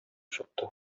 чыкты